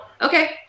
okay